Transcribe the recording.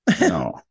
No